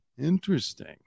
Interesting